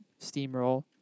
steamroll